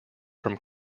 from